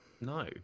no